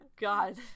God